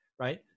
right